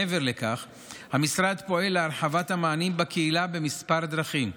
מעבר לכך המשרד פועל להרחבת המענים בקהילה בכמה דרכים: